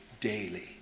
daily